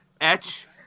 Etch